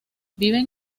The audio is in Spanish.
viven